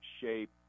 shape